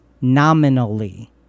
nominally